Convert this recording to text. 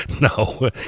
No